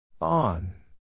on